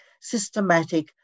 systematic